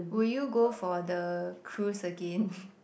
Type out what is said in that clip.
will you go for the cruise again